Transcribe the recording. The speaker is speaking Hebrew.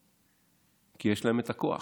כי יש להם הכוח.